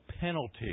penalty